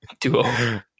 duo